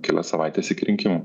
kelias savaites iki rinkimų